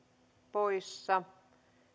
poissa